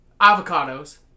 avocados